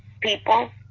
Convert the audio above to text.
People